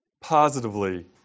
positively